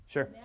Sure